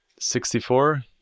64